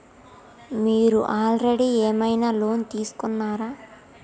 మీరు ఆల్రెడీ ఏమైనా లోన్ తీసుకున్నారా?